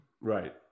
right